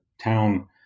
town